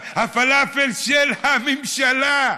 הפלאפל של הממשלה.